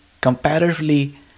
comparatively